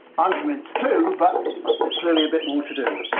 i'm convinced too, but there's clearly a bit more to do.